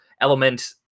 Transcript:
element